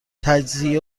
تجزیه